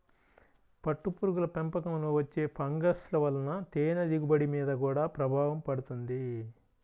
పట్టుపురుగుల పెంపకంలో వచ్చే ఫంగస్ల వలన తేనె దిగుబడి మీద గూడా ప్రభావం పడుతుంది